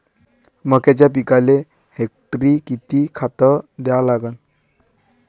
मक्याच्या पिकाले हेक्टरी किती खात द्या लागन?